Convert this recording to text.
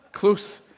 Close